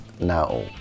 now